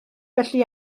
felly